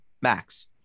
Max